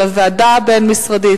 לוועדה הבין-משרדית,